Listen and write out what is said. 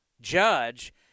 Judge